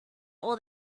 all